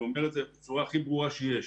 אני אומר את זה בצורה הכי ברורה שיש.